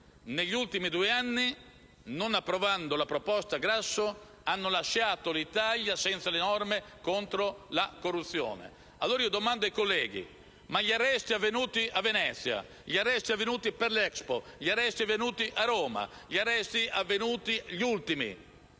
negli ultimi due anni, non approvando la proposta Grasso, hanno lasciato l'Italia senza le norme contro la corruzione. Domando allora ai colleghi: come hanno fatto i magistrati ad eseguire gli arresti avvenuti a Venezia, gli arresti avvenuti per l'Expo, gli arresti avvenuti a Roma e gli arresti avvenuti negli ultimi